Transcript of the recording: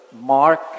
Mark